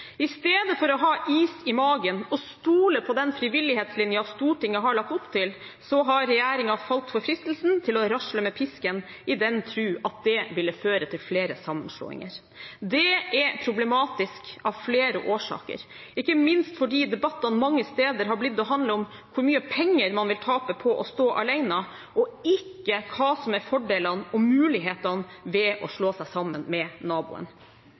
I stedet for å ha is i magen og stole på frivillighetslinjen Stortinget har lagt opp til, har regjeringen falt for fristelsen til å rasle med pisken i den tro at det ville føre til flere sammenslåinger. Det er problematisk av flere årsaker, ikke minst fordi debattene mange steder har handlet om hvor mye penger man vil tape på å stå alene, og ikke hva som er fordelene og mulighetene ved å slå seg sammen med naboen.